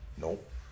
Nope